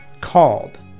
Called